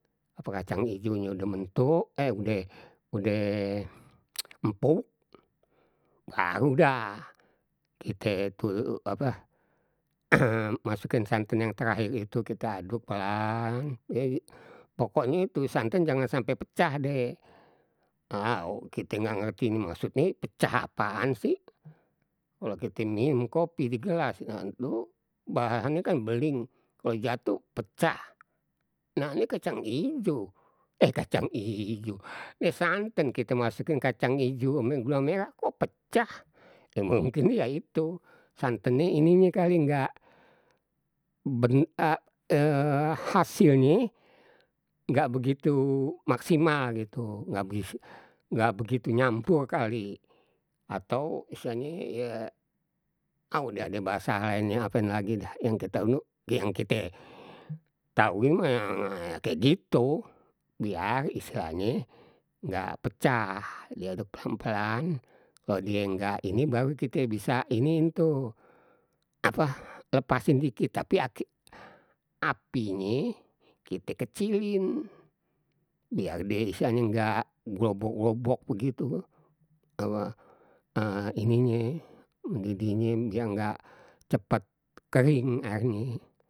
Ape kacang ijonye udah mentuk eh udeh udeh empuk, baru dah kite tu ape masukin santen yang terakhir itu, kita aduk pelan pokoknye tu santen jangan sampai pecah deh, au kite nggak ngerti maksudnye pecah apaan sih. Kalau kite minum kopi di gelas nah ntu bahannye kan beling kalau jatuh pecah, nah ini kacang ijo eh kacang ijo ya santen kite masukin kacang ijo ama gula merah kok pecah ya mungkin ya itu, santennye ininye kali nggak hasilnye nggak begitu maksimal gitu, nggak bisa nggak begitu nyampur kali atau istilahnye au dah bahasa lain ape lagi yang kita yuk yang kita tauin mah ya kayak gitu, biar istilahnye nggak pecah diaduk pelan-pelan kalau die nggak ini baru kite bisa iniin tuh, apa lepasin dikit tapi api apinye kie kecilin, biar die istilahnye nggak globok-globok begitu, apa ininye mendidihnye biar nggak cepet kering airnye.